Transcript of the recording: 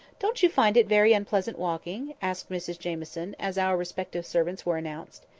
don't you find it very unpleasant walking? asked mrs jamieson, as our respective servants were announced.